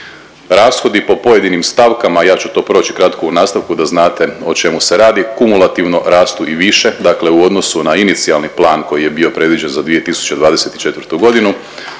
Rashodi po pojedinim stavkama, ja ću to proći kratko u nastavku da znate o čemu se radi, kumulativno rastu i više dakle u odnosu na inicijalni plan koji je bio predviđen za 2024.g.